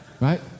Right